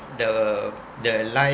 the the life